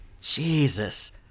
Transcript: Jesus